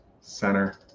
center